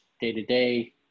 day-to-day